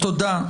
תודה.